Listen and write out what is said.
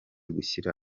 gushyira